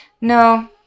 No